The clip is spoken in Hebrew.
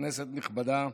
כנסת נכבדה,